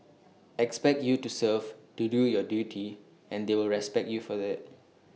expect you to serve to do your duty and they will respect you for IT